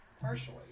partially